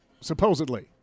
Supposedly